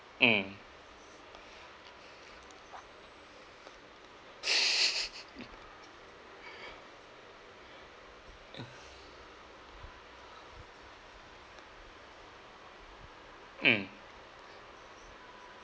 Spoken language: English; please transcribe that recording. mm mm